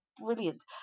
brilliant